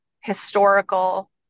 historical